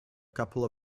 couple